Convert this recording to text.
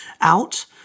out